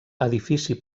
edifici